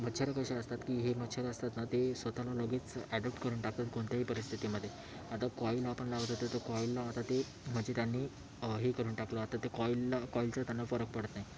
मच्छर कसे असतात की हे मच्छर असतात ना ते स्वतःला लगेच ॲडॉप्ट करून टाकतात कोणत्याही परिस्थितीमध्ये आता कॉईल आपण लावतो तर त्या कॉईलला आता ते म्हणजे त्यांनी हे करून टाकलं आहे आता त्या कॉईलला कॉईलचा त्यांना फरक पडत नाही